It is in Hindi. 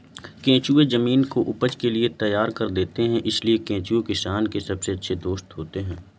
केंचुए जमीन को उपज के लिए तैयार कर देते हैं इसलिए केंचुए किसान के सबसे अच्छे दोस्त होते हैं